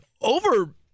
over